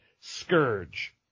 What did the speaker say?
Scourge